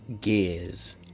gears